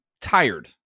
tired